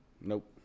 Nope